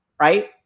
right